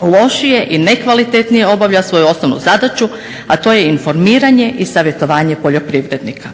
Lošije i nekvalitetnije obavlja svoju osnovnu zadaću, a to je informiranje i savjetovanje poljoprivrednika.